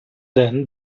then